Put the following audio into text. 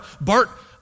Bart